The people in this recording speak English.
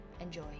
Enjoy